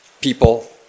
People